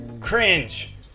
Cringe